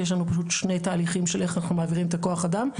יש לנו בעצם שני תהליכים של איך אנחנו מעבירים את הכוח אדם,